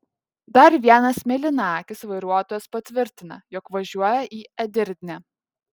dar vienas mėlynakis vairuotojas patvirtina jog važiuoja į edirnę